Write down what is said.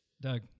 Doug